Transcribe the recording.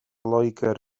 loegr